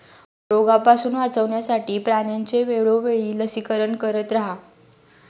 रोगापासून वाचवण्यासाठी प्राण्यांचे वेळोवेळी लसीकरण करत रहा